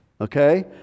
Okay